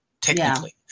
technically